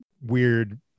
weird